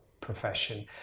profession